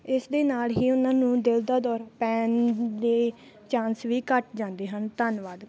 ਇਸ ਦੇ ਨਾਲ ਹੀ ਉਹਨਾਂ ਨੂੰ ਦਿਲ ਦਾ ਦੌਰਾ ਪੈਣ ਦੇ ਚਾਂਸ ਵੀ ਘੱਟ ਜਾਂਦੇ ਹਨ ਧੰਨਵਾਦ